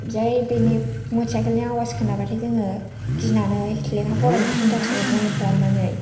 जै बिनि मटरसाइकेलनि आवास खोनाबाथाय जोङो गिनानै लेखा फरायहैफिनथारसै बन्द' खालामनानै